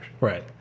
Right